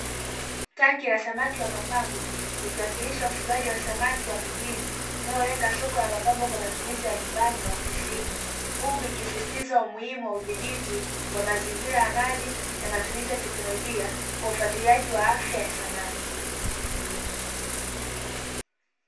Tanki la samaki wa mapambo likiwakilisha ufugaji wa samaki wa mijini unaolenga soko la mapambo kwa matumizi ya nyumbani na ofisini, huku ikisisitizwa umuhimu wa udhibiti wa mazingira ya maji na matumizi ya teknolojia kwa ufuatiliaji wa afya ya samaki.